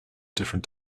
different